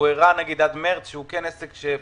והוא הראה עד מרץ שהוא הצליח?